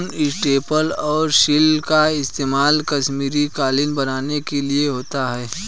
ऊन, स्टेपल और सिल्क का इस्तेमाल कश्मीरी कालीन बनाने के लिए होता है